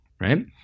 right